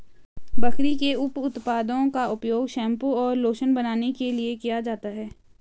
बकरी के उप उत्पादों का उपयोग शैंपू और लोशन बनाने के लिए किया जाता है